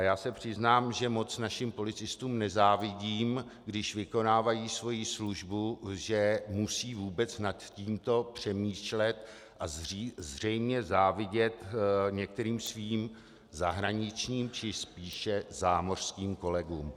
Já se přiznám, že moc našim policistům nezávidím, když vykonávají svoji službu, že musí vůbec nad tímto přemýšlet a zřejmě závidět některým svým zahraničním, či spíše zámořským kolegům.